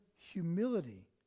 humility